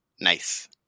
Nice